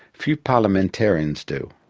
few parliamentarians do.